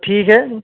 ٹھیک ہے